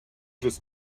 just